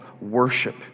worship